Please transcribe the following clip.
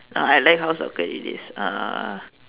ah I like how soccer it is uh